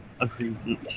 agreement